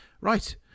Right